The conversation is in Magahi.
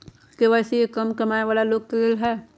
के.वाई.सी का कम कमाये वाला लोग के लेल है?